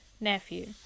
nephew